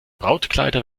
brautkleider